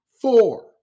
four